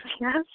yes